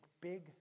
big